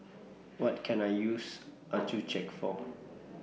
What Can I use Accucheck For